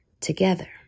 together